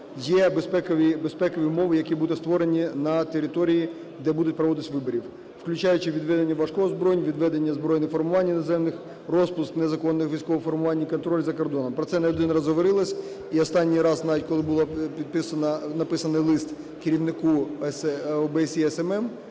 є безпекові умови, які будуть створені на території, де будуть проводитися вибори. Включаючи відведення важкого озброєння, відведення збройних формувань іноземних, розпуск незаконних військових формувань і контроль за кордоном. Про це не один раз говорилось. І останній раз навіть, коли було підписано… написаний лист керівнику ОБСЄ СММ